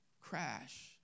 crash